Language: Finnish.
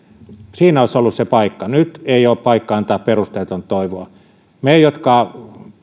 siinä olisi ollut se paikka nyt ei ole paikka antaa perusteetonta toivoa meille jotka